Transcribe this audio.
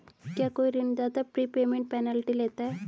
क्या कोई ऋणदाता प्रीपेमेंट पेनल्टी लेता है?